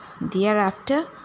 thereafter